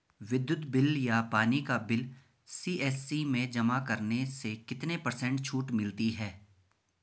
विद्युत बिल या पानी का बिल सी.एस.सी में जमा करने से कितने पर्सेंट छूट मिलती है?